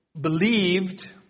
believed